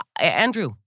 Andrew